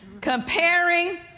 comparing